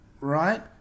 right